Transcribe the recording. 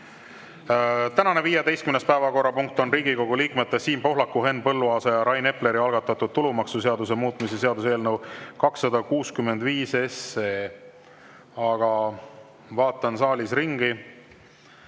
Tänane 15. päevakorrapunkt on Riigikogu liikmete Siim Pohlaku, Henn Põlluaasa ja Rain Epleri algatatud tulumaksuseaduse muutmise seaduse eelnõu 265. Vaatan saalis ringi